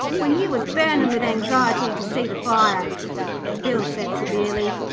when you was burning with anxiety to see the fire but bill said severely,